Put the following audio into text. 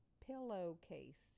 pillowcase